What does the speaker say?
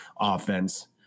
offense